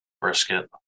brisket